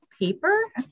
paper